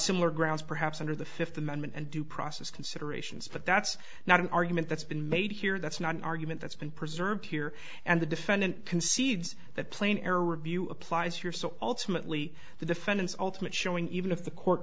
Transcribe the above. similar grounds perhaps under the fifth amendment and due process considerations but that's not an argument that's been made here that's not an argument that's been preserved here and the defendant concedes that plain error review applies here so ultimately the defendant's ultimate showing even if the court